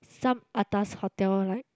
some atas hotel like